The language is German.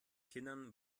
kindern